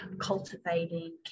cultivating